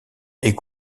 est